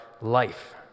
life